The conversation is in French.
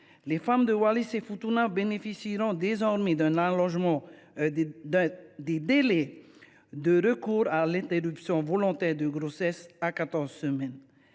Les femmes de Wallis et Futuna bénéficieront désormais d’un allongement des délais de recours à l’interruption volontaire de grossesse à quatorze semaines.